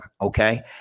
Okay